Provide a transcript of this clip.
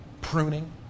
pruning